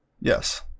Yes